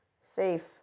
safe